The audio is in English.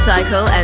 Cycle